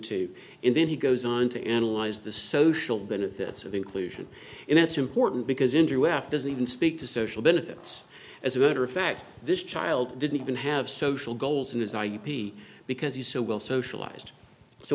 two and then he goes on to analyze the social benefits of inclusion and that's important because n g o s doesn't even speak to social benefits as a matter of fact this child didn't even have social goals in his i u p d because he's so well socialized so